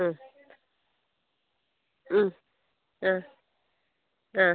ആ ആ ആ